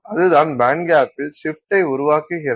அதுதான் பேண்ட்கேப்பில் சிப்ட்டை உருவாக்குகிறது